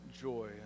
joy